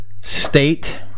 state